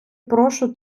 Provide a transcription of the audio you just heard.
прошу